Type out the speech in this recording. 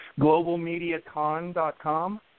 Globalmediacon.com